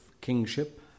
kingship